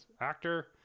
actor